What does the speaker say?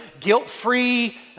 guilt-free